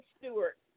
Stewart